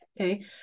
Okay